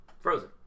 Frozen